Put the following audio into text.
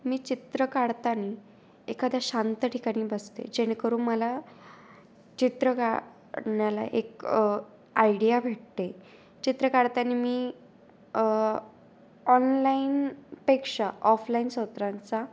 मी चित्र काढताना एखाद्या शांत ठिकाणी बसते जेणेकरून मला चित्र काढण्याला एक आयडिया भेटते चित्र काढताना मी ऑनलाईन पेक्षा ऑफलाईन सत्रांचा